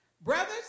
Brothers